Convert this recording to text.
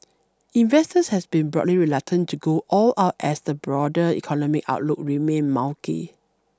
investors has been broadly reluctant to go all out as the broader economic outlook remained murky